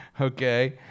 okay